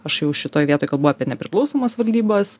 aš jau šitoj vietoj kalbu apie nepriklausomas valdybas